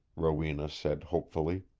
rowena said hopefully.